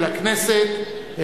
ולכנסת,